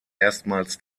erstmals